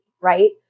right